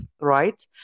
right